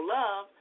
love